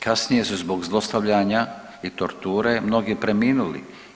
Kasnije su zbog zlostavljanja i torture mnogi preminuli.